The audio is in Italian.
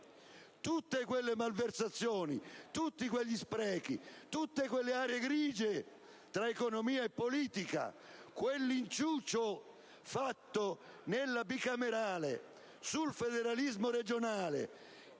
tutte quelle malversazioni, tutti quegli sprechi e tutte quelle aree grigie tra economia e politica: quell'inciucio fatto nella Bicamerale sul federalismo regionale